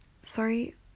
Sorry